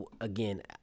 Again